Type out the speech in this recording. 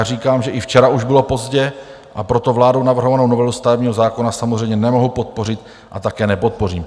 A já říkám, že i včera už bylo pozdě, a proto vládou navrhovanou novelu stavebního zákona samozřejmě nemohu podpořit a také nepodpořím.